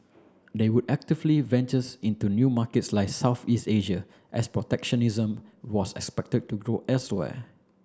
they would actively ventures into new markets like Southeast Asia as protectionism was expected to grow elsewhere